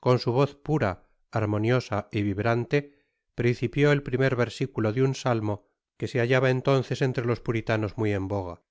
con su voz pura armoniosa y vibrante principió el primer versiculo de un salmo que se hallaba entonces entre los puritanos muy en boga